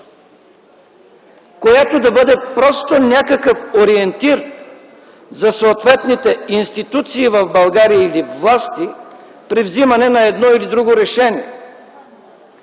която да бъде просто някакъв ориентир за съответните институции в България или власти, при вземане на едно, или друго решение.